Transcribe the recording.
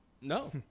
no